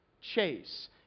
chase